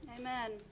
Amen